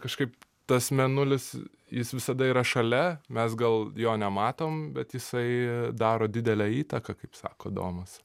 kažkaip tas mėnulis jis visada yra šalia mes gal jo nematom bet jisai daro didelę įtaką kaip sako domas